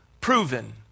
proven